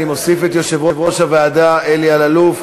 אני מוסיף את יושב-ראש הוועדה אלי אלאלוף,